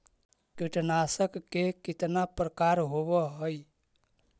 कीटनाशक के कितना प्रकार होव हइ?